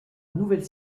nouvelle